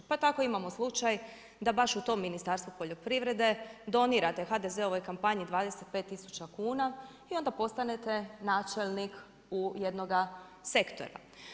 Pa tako imamo slučaj da baš u tom Ministarstvu poljoprivrede donirate HDZ-ovoj kampanji 25 tisuća kuna i onda postanete načelnik jednoga sektora.